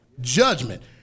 judgment